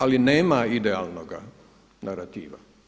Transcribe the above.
Ali nema idealnoga narativa.